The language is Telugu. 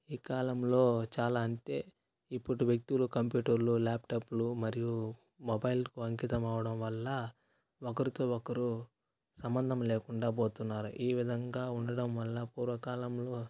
ఈ కాలంలో చాలా అంటే ఇప్పటి వ్యక్తులు కంప్యూటర్లు ల్యాప్టాప్లు మరియు మొబైల్కు అంకితం అవడం వల్ల ఒకరితో ఒకరు సంబంధం లేకుండా పోతున్నారు ఈ విధంగా ఉండడం వల్ల పూర్వకాలంలో